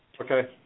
Okay